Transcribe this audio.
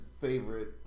favorite